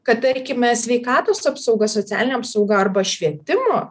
kad tarkime sveikatos apsauga socialinė apsauga arba švietimo